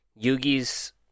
Yugi's